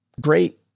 Great